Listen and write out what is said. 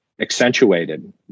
accentuated